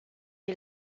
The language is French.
est